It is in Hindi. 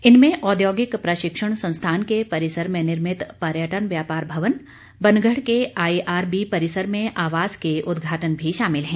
इनमें औद्योगिक प्रशिक्षण संस्थान के परिसर में निर्मित पर्यटन व्यापार भवन बनगढ़ के आईआरबी परिसर में आवास के उद्घाटन भी शामिल हैं